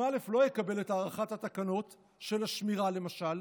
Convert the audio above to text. אם א' לא יקבל את הארכת התקנות של השמירה, למשל,